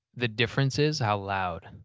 the difference is how loud.